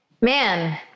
Man